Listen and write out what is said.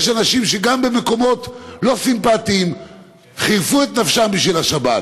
יש אנשים שגם במקומות לא סימפתיים חירפו את נפשם בשביל השבת,